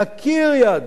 להכיר יהדות,